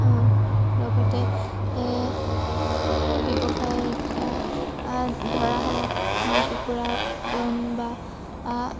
লগতে কোনো ব্যৱসায় ধৰা হওক হাঁহ কুকুৰা পালন বা